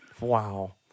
Wow